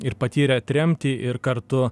ir patyrė tremtį ir kartu